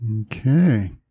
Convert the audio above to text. Okay